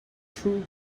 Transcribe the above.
true